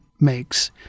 makes